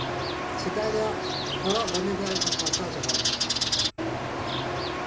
ᱥᱮᱫᱟᱭ ᱨᱮᱭᱟᱜ ᱦᱚᱨᱚᱜ ᱵᱟᱸᱫᱮ ᱫᱚ ᱮᱠᱫᱚᱢ ᱯᱟᱞᱴᱟᱣ ᱪᱟᱵᱟᱭᱮᱱ ᱛᱟᱵᱳᱱᱟ